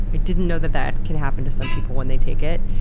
i didn't know that that can happen to some people when they take it.